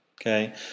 okay